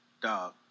Dog